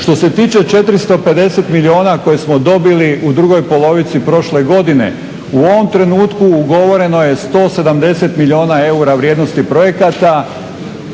Što se tiče 450 milijuna koje smo dobili u drugoj polovici prošle godine u ovom trenutku ugovoreno je 170 milijuna eura vrijednosti projekata,